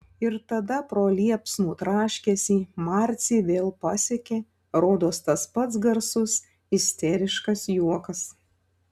ir tada pro liepsnų traškesį marcį vėl pasiekė rodos tas pats garsus isteriškas juokas